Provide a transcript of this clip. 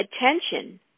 attention